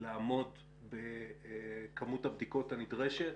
לעמוד בכמות הבדיקות הנדרשת.